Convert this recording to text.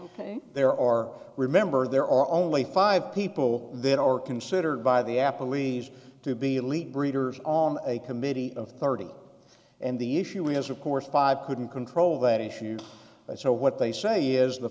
why there are remember there are only five people that are considered by the apple leaves to be lead breeders on a committee of thirty and the issue is of course five couldn't control that issue so what they say is the